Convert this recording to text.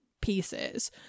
pieces